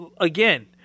again